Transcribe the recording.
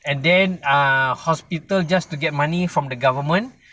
and then uh hospital just to get money from the government